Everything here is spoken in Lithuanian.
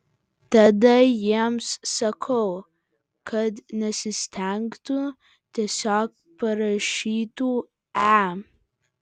tada jiems sakau kad nesistengtų tiesiog parašytų e